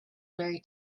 very